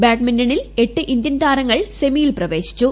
ബാഡ്മിന്റണിൽ എട്ട് ഇന്ത്യൻ താരങ്ങൾ സെമിയിൽ പ്രവേശിച്ചു